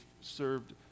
served